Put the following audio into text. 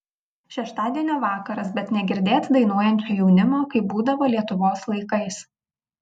šeštadienio vakaras bet negirdėt dainuojančio jaunimo kaip būdavo lietuvos laikais